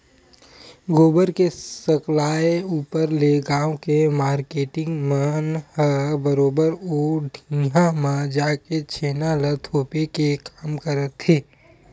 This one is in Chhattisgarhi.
गोबर के सकलाय ऊपर ले गाँव के मारकेटिंग मन ह बरोबर ओ ढिहाँ म जाके छेना ल थोपे के काम करथे